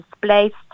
displaced